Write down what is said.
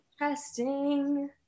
interesting